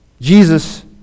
Jesus